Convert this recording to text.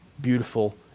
beautiful